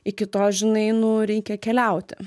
iki to žinai nu reikia keliauti